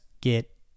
Get